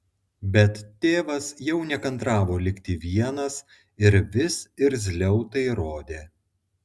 bet tėvas jau nekantravo likti vienas ir vis irzliau tai rodė